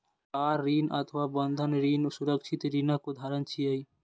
car ऋण अथवा बंधक ऋण सुरक्षित ऋणक उदाहरण छियै